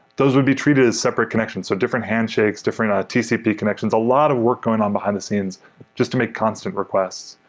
those would be treated as separate connections, so different handshakes, different tcp connections. a lot of work going on behind-the-scenes just to make constant requests.